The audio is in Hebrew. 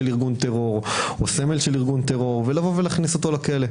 ארגון טרור או סמל של ארגון טרור ולהכניס אותו לכלא.